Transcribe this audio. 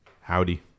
Howdy